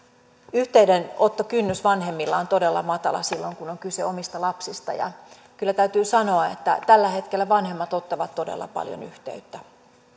yhteydenottokynnys vanhemmilla on todella matala silloin kun on kyse omista lapsista ja kyllä täytyy sanoa että tällä hetkellä vanhemmat ottavat todella paljon yhteyttä